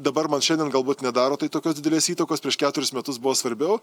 dabar man šiandien galbūt nedaro tai tokios didelės įtakos prieš keturis metus buvo svarbiau